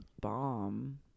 bomb